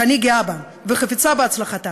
שאני גאה בה וחפצה בהצלחתה,